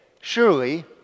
surely